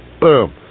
Boom